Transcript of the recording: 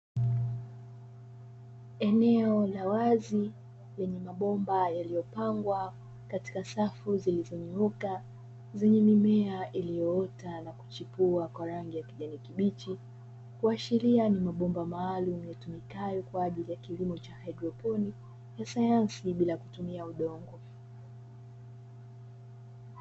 Eneo la wazi lenye mabomba yaliyopangwa katika safu zilizonyooka, zenye mimea iliyoota na kuchipua kwa rangi ya kijani kibichi, kuashiria ni mabomba maalumu yatumikayo kwa ajili ya kilimo cha haidroponi ya sayansi bila kutumia udongo.